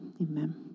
amen